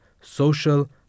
social